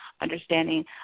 understanding